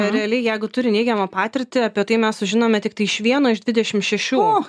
realiai jeigu turi neigiamą patirtį apie tai mes sužinome tiktai iš vieno iš dvidešim šešių